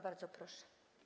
Bardzo proszę.